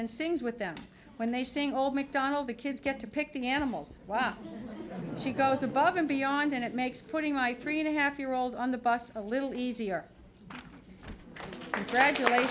and sings with them when they sing old macdonald the kids get to pick the animals she goes above and beyond and it makes putting my three and a half year old on the bus a little easier gradua